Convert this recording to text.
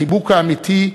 החיבוק האמיתי,